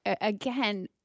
Again